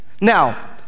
Now